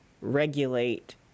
regulate